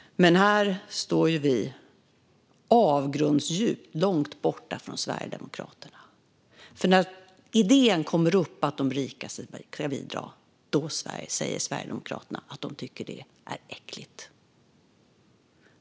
Men här står vi ju avgrundsdjupt långt från Sverigedemokraterna, för när idén att de rika ska bidra kommer upp säger Sverigedemokraterna att de tycker att det är äckligt.